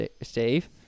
Steve